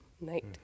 night